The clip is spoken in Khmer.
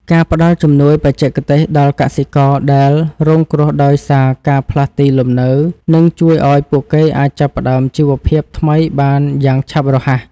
ការផ្តល់ជំនួយបច្ចេកទេសដល់កសិករដែលរងគ្រោះដោយសារការផ្លាស់ទីលំនៅនឹងជួយឱ្យពួកគេអាចចាប់ផ្តើមជីវភាពថ្មីបានយ៉ាងឆាប់រហ័ស។